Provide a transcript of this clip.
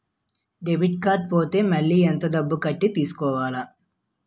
Debit card పోతే మళ్ళీ ఎంత డబ్బు కట్టి తీసుకోవాలి?